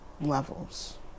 levels